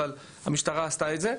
אבל המשטרה עשתה את זה,